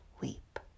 weep